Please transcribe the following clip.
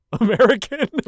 American